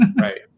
right